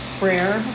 prayer